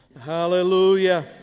hallelujah